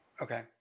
okay